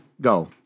Go